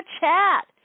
chat